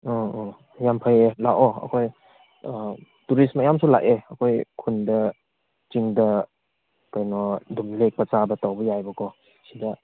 ꯑꯥ ꯑꯥ ꯌꯥꯝ ꯐꯩꯌꯦ ꯂꯥꯛꯑꯣ ꯑꯩꯈꯣꯏ ꯇꯨꯔꯤꯁ ꯃꯌꯥꯝꯁꯨ ꯂꯥꯛꯑꯦ ꯑꯩꯈꯣꯏ ꯈꯨꯟꯗ ꯆꯤꯡꯗ ꯀꯩꯅꯣ ꯑꯗꯨꯝ ꯂꯦꯛꯄ ꯆꯥꯕ ꯇꯧꯕ ꯌꯥꯏꯌꯦꯕꯀꯣ ꯁꯤꯗ